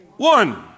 One